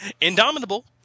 Indomitable